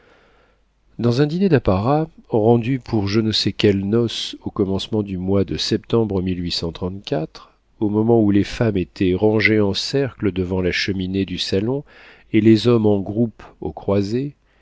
dans un dîner d'apparat rendu pour je ne sais quelle noce au commencement du mois de septembre au moment où les femmes étaient rangées en cercle devant la cheminée du salon et les hommes en groupes aux croisées